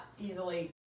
easily